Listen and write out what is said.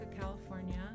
California